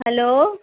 hello